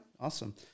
Awesome